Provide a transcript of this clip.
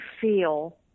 feel